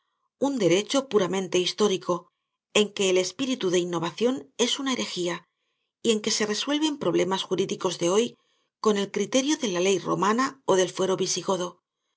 un derecho puramente histórico en que el espíritu de innovación es una herejía y en que se resuelven problemas jurídicos de hoy con el criterio de la ley romana ó del fuero visigodo